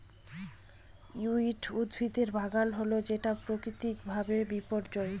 weed উদ্ভিদের বাগানে হলে সেটা প্রাকৃতিক ভাবে বিপর্যয়